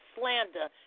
slander